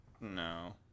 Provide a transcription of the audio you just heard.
No